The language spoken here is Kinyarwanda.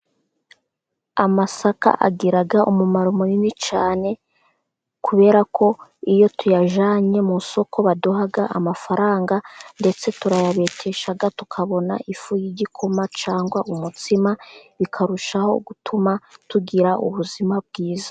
Amasaka agiraga umumaro munini cyane, kubera ko iyo tuyajyanye mu soko baduhaga amafaranga, ndetse turayabetekasha tukabona ifu y'igikoma cyangwa umutsima, bikarushaho gutuma tugira ubuzima bwiza.